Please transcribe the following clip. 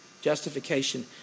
Justification